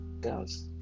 girls